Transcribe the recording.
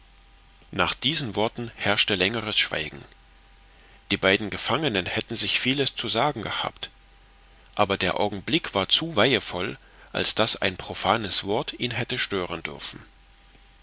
nach diesen worten herrschte längeres schweigen die beiden gefangenen hätten sich vieles zu sagen gehabt aber der augenblick war zu weihevoll als daß ein profanes wort ihn hätte stören dürfen